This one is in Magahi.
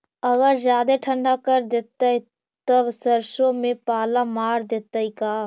अगर जादे ठंडा कर देतै तब सरसों में पाला मार देतै का?